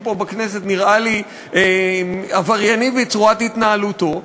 פה בכנסת נראה לי עברייני בצורת התנהלותו,